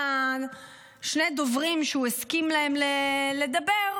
שני הדוברים שהוא הסכים להם לדבר,